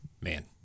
man